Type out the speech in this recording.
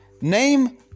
name